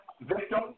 victim